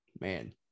man